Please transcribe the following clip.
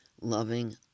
loving